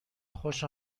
خوش